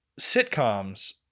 sitcoms